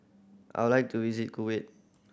I would like to visit Kuwait